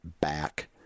back